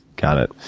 got it.